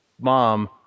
mom